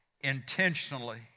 intentionally